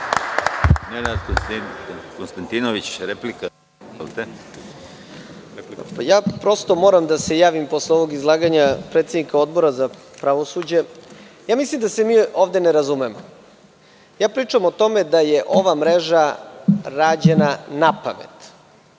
Prosto moram da se javim posle ovog izlaganja predsednika Odbora za pravosuđe. Mislim da se mi ovde ne razumemo. Pričam o tome da je ova mreža rađena napamet.